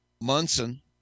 Munson